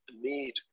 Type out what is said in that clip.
need